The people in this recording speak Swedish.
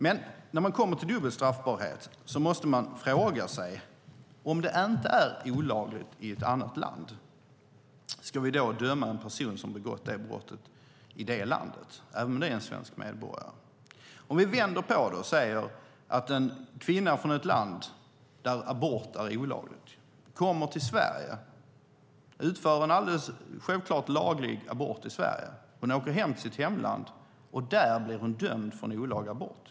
Men när man kommer till dubbel straffbarhet måste man fråga sig: Om det inte är olagligt i ett annat land, ska vi då döma en person som har begått det brottet i det landet, om det är en svensk medborgare? Vi kan vända på det och säga att en kvinna från ett land där abort är olagligt kommer till Sverige och utför en helt laglig abort här, åker hem till sitt hemland och där blir dömd för en olaga abort.